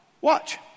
watch